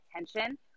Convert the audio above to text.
attention